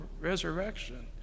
resurrection